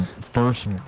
first